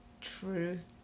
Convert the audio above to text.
Truth